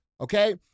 okay